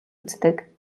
үздэг